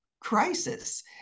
crisis